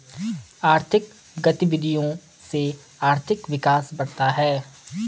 आर्थिक गतविधियों से आर्थिक विकास बढ़ता है